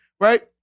right